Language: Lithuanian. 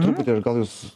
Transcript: truputį aš gal jus